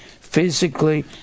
physically